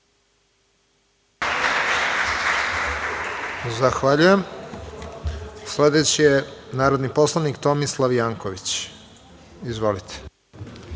Zahvaljujem. Sledeći je narodni poslanik Viktor Jevtović. Izvolite.